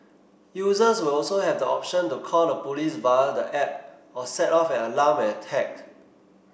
users will also have the option to call the police via the app or set off an alarm when attacked